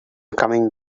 coming